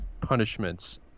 punishments